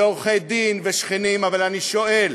ועורכי-דין ושכנים, אבל אני שואל: